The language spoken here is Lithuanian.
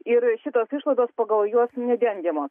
ir šitos išlaidos pagal juos nedengiamos